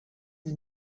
his